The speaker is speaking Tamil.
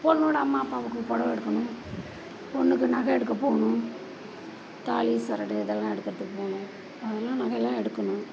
பெண்ணோட அம்மா அப்பாவுக்கும் புடவ எடுக்கணும் பெண்ணுக்கு நகை எடுக்கப் போகணும் தாலி சரடு இதெல்லாம் எடுக்கிறதுக்கு போகணும் இதெல்லாம் நகையெல்லாம் எடுக்கணும்